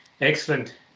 Excellent